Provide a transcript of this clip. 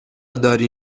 داری